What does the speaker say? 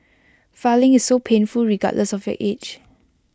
filing is so painful regardless of your age